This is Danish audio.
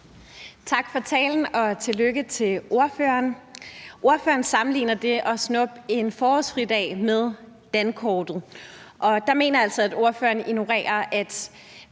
Tak for talen, og tillykke til ordføreren. Ordføreren sammenligner det at snuppe en forårsfridag med indførslen dankortet, og der mener jeg altså, at ordføreren ignorerer, at